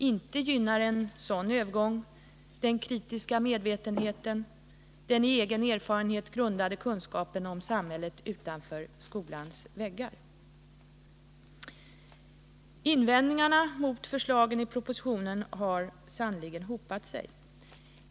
Inte gynnar en sådan övergång den kritiska medvetenheten och den i egen erfarenhet grundade kunskapen om samhället utanför skolans väggar. Invändningarna mot förslagen i propositionen har sannerligen hopat sig.